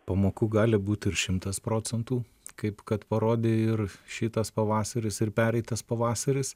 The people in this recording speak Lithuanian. pamokų gali būti ir šimtas procentų kaip kad parodė ir šitas pavasaris ir pereitas pavasaris